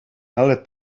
ale